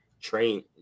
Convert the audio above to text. train